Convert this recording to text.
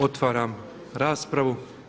Otvaram raspravu.